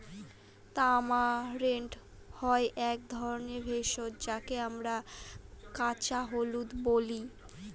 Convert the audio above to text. tamarind হয় এক ধরনের ভেষজ যাকে আমরা কাঁচা হলুদ বলি